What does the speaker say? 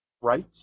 right